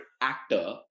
actor